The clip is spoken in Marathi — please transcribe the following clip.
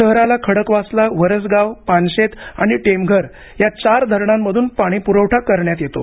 शहराला खडकवासला वरसगाव पानशेत आणि टेमघर या चार धरणांमधून शहराला पाणीपुरवठा करण्यात येतो